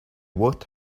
would